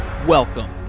Welcome